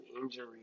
injury